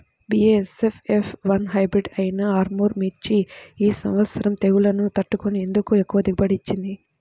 BASF F one hybrid అయినా ఆర్ముర్ మిర్చి ఈ సంవత్సరం తెగుళ్లును తట్టుకొని ఎందుకు ఎక్కువ దిగుబడి ఇచ్చింది?